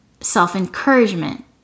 self-encouragement